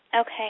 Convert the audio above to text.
okay